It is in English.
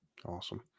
Awesome